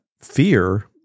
fear